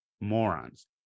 morons